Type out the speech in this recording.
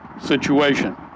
situation